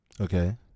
Okay